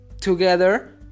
Together